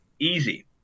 easy